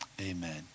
Amen